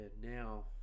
now